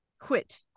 quit